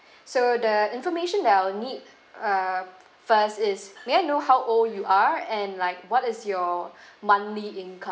so the information that I'll need uh first is may I know how old you are and like what is your monthly income